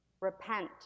Repent